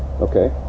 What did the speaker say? Okay